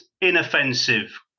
inoffensive